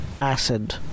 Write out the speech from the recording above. acid